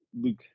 Luke